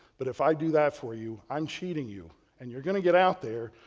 but if i do that for you, i'm cheating you and you're going to get out there.